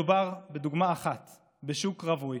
מדובר בדוגמה אחת בשוק רווי